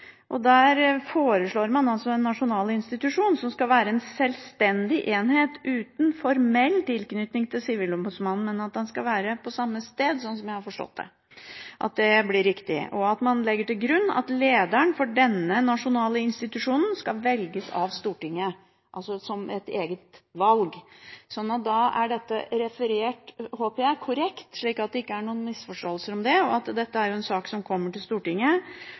Der foreslår man altså en nasjonal institusjon som skal være en selvstendig enhet uten formell tilknytning til Sivilombudsmannen, men at den skal være på samme sted – at det blir riktig, sånn som jeg har forstått det – og at man legger til grunn at lederen for denne nasjonale institusjonen skal velges av Stortinget, altså som et eget valg. Så da håper jeg dette er referert korrekt, slik at det ikke er noen misforståelser om det. Dette er jo en sak som kommer til Stortinget,